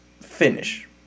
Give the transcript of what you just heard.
finish